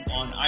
on